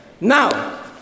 Now